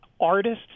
Artists